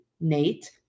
nate